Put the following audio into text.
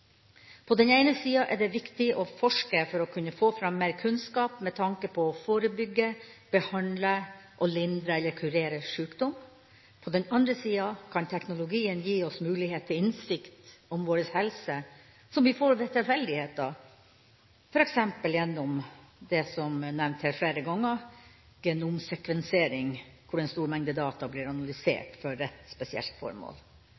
På den ene sida er det viktig å forske for å kunne få fram mer kunnskap med tanke på å forebygge, behandle og lindre eller kurere sykdom. På den andre sida kan teknologien gi oss mulighet til innsikt om vår helse, som vi får ved tilfeldigheter, f.eks. gjennom det som er nevnt her flere ganger, genomsekvensering, hvor en stor mengde data blir analysert for et spesielt formål.